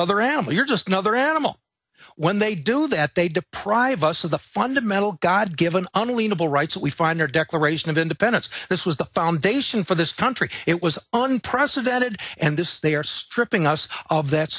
another animal you're just another animal when they do that they deprive us of the fundamental god give an unattainable rights we find their declaration of independence this was the foundation for this country it was unprecedented and this they are stripping us of that